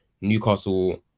Newcastle